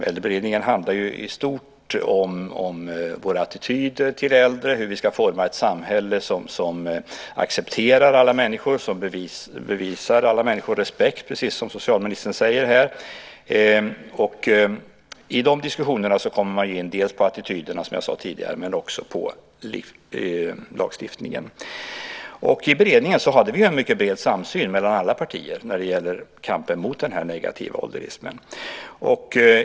Äldreberedningen handlar i stort om våra attityder till äldre, hur vi ska forma ett samhälle som accepterar alla människor och som visar alla människor respekt, precis som socialministern säger här. I de diskussionerna kommer man in på attityderna, som jag sade tidigare, men också på lagstiftningen. I beredningen hade vi en mycket bred samsyn mellan alla partier när det gällde kampen mot den negativa "ålderismen".